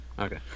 okay